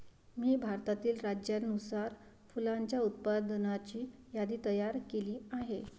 मी भारतातील राज्यानुसार फुलांच्या उत्पादनाची यादी तयार केली आहे